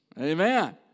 Amen